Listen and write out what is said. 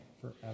forever